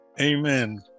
Amen